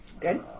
Good